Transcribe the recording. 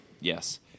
Yes